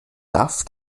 darf